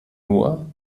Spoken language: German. nur